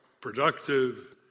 productive